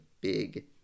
big